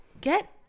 get